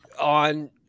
on